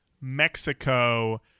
Mexico